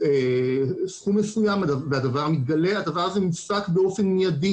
סכום מסוים והדבר מתגלה הדבר הזה נפסק באופן מיידי.